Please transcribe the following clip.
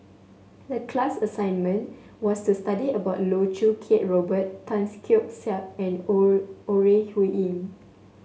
the class assignment was to study about Loh Choo Kiat Robert Tan Keong Saik and Ore Huiying